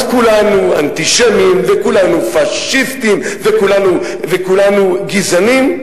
אז כולנו אנטישמים וכולנו פאשיסטים וכולנו גזענים?